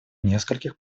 нескольких